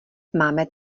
máme